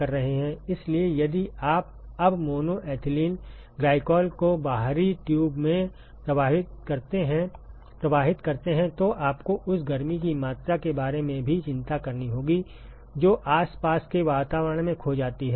इसलिए यदि आप अब मोनो एथिलीन ग्लाइकॉल को बाहरी ट्यूब में प्रवाहित करते हैं तो आपको उस गर्मी की मात्रा के बारे में भी चिंता करनी होगी जो आसपास के वातावरण में खो जाती है